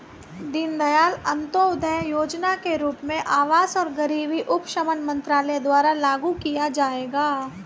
दीनदयाल अंत्योदय योजना के रूप में आवास और गरीबी उपशमन मंत्रालय द्वारा लागू किया जाएगा